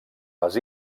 les